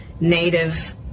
native